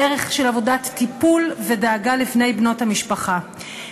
בערך של עבודת טיפול ודאגה לבני המשפחה ובנות המשפחה.